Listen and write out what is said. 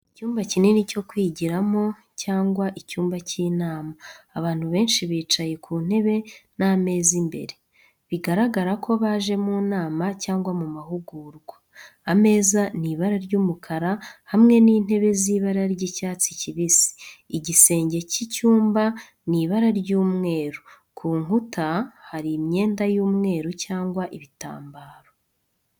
Icyumba kinini cyo kwigiramo cyangwa icyumba cy'inama. Abantu benshi bicaye ku ntebe n'ameza imbere. Bigaragara ko baje mu nama cyangwa mu mahugurwa. Ameza ni ibara ry'umukara, hamwe n'intebe z'ibara ry'icyatsi kibisi. Igisenge cy'icyumba ni ibara ry'umweru, ku nkuta hari imyenda y'umweru cyangwa ibitambaro.